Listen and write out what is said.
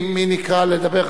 מי נקרא לדבר?